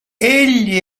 egli